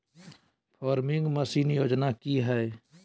Farming machine योजना कि हैय?